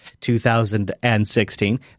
2016